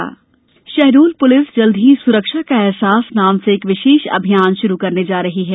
अहसास अभियान शहडोल प्लिस जल्द ही स्रक्षा का एहसास नाम से एक विशेष अभियान श्रु करने जा रही है